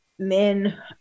Men